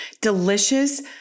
delicious